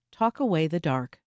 talkawaythedark